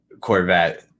Corvette